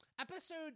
episode